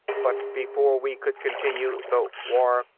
but before we could continue the war,